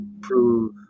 prove